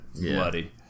bloody